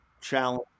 challenge